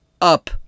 up